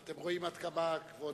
אתם רואים עד כמה כבוד,